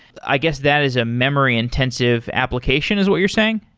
i guess that is a memory-intensive application is what you're saying?